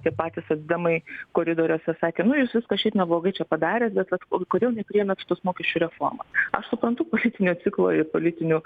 tie patys socdemai koridoriuose sakė nu jūs viską šiaip neblogai čia padarėt bet vat o kodėl nepriėmėt šitos mokesčių reformos aš suprantu politinio ciklo ir politinių